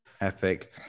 epic